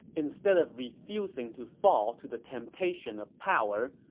instead of refusing to fall to the temptation of power,